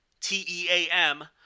T-E-A-M